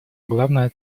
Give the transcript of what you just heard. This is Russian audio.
главная